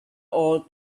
all